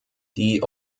die